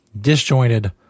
disjointed